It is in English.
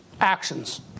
actions